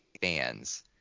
fans